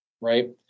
right